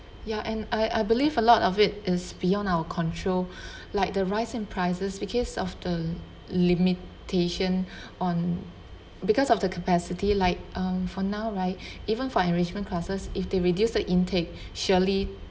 ya and I I believe a lot of it is beyond our control like the rise in prices because of the limitation on because of the capacity like um for now right even for enrichment classes if they reduce the intake surely